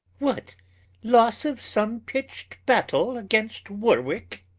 what losse of some pitcht battell against warwicke?